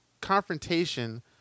confrontation